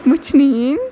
وٕچھنہٕ یِنۍ